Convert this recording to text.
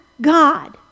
God